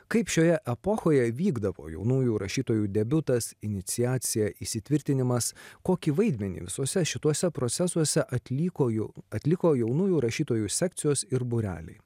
kaip šioje epochoje vykdavo jaunųjų rašytojų debiutas iniciacija įsitvirtinimas kokį vaidmenį visuose šituose procesuose atliko jo atliko jaunųjų rašytojų sekcijos ir būreliai